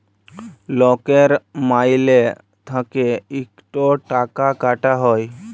লকের মাইলে থ্যাইকে ইকট টাকা কাটা হ্যয়